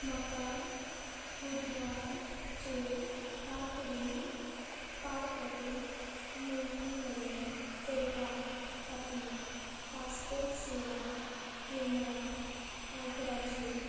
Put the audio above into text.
म्हाका बुधवारचेर तातडीन पारपत्र नविनीकरण करपा खातीर पासपोर्ट सेवा केंद्रान आग्राचेर